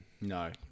No